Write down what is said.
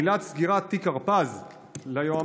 עילת סגירת תיק הרפז ליועמ"ש,